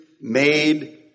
made